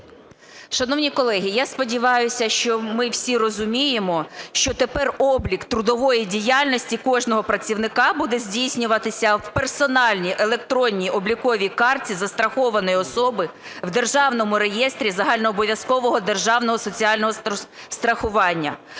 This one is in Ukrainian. Шановні колеги, я сподіваюся, що ми всі розуміємо, що тепер облік трудової діяльності кожного працівника буде здійснюватися в персональній електронній обліковій карті застрахованої особи в Державному реєстрі загальнообов'язкового державного соціального страхування.